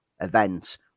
events